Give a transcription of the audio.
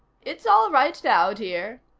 it's all right now, dear.